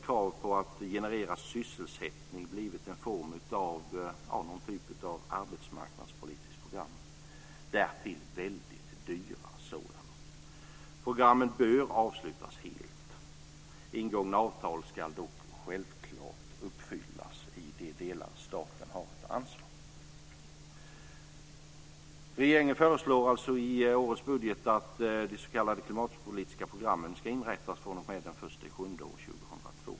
Kraven på att generera sysselsättning har gjort att de har blivit någon form av arbetsmarknadspolitiska program - därtill väldigt dyra sådana. Programmen bör avslutas helt. Ingångna avtal ska dock självklart uppfyllas i de delar staten har ett ansvar. Regeringen föreslår i årets budget att de s.k. klimatpolitiska programmen ska inrättas fr.o.m. den 1 juli 2002.